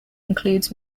includes